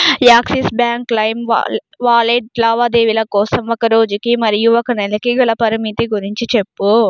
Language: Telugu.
యాక్సిస్ బ్యాంక్ లైమ్ వా వాలెట్ లావాదేవీల కోసం ఒక రోజుకి మరియు ఒక నెలకి గల పరిమితి గురించి చెప్పు